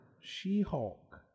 She-Hulk